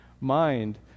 mind